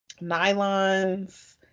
Nylons